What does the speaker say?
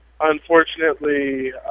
Unfortunately